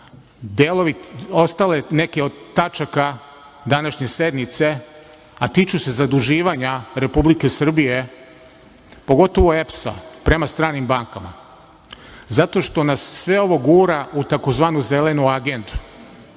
naroda, ostale neke od tačaka današnje sednice, a tiču se zaduživanja Republike Srbije, pogotovo EPS-a prema stranim bankama zato što nas sve ovo gura u tzv. Zelenu agendu,